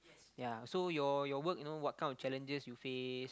ya so your your work you know what kind of challenges you face